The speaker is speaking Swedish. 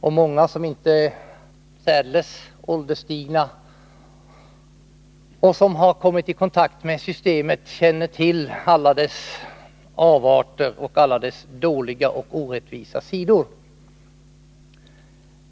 Många som inte är särdeles ålderstigna och som kommit i kontakt med systemet känner till alla dess avarter och dess dåliga och orättvisa sidor.